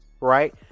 right